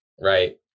Right